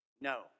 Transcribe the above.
no